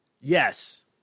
Yes